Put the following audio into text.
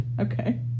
Okay